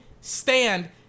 stand